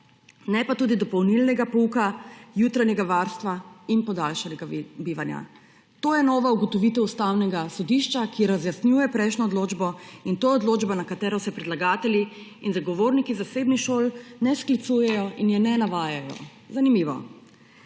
ne pa tudi dopolnilnega pouka, jutranjega varstva in podaljšanega bivanja. To je nova ugotovitev Ustavnega sodišča, ki razjasnjuje prejšnjo odločbo, in to je odločba, na katero se predlagatelji in zagovorniki zasebnih šol ne sklicujejo in jo ne navajajo. Zanimivo.